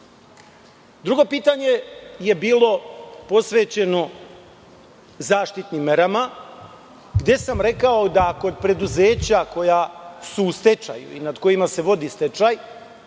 pitanje je bilo posvećeno zaštitnim merama, gde sam rekao da ako preduzeća koja su u stečaju i nad kojima se vodi stečaj